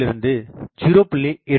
96 இருந்து 0